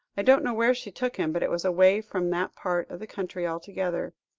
i don't know where she took him, but it was away from that part of the country altogether.